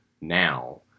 now